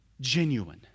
genuine